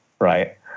right